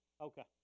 Okay